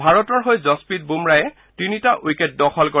ভাৰতৰ হৈ যশপ্ৰীত বুমৰাহে তিনিটা উইকেট দখল কৰে